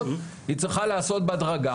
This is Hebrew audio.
מתמטיקה,